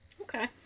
Okay